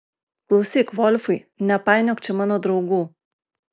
klausyk volfai nepainiok čia mano draugų